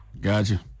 Gotcha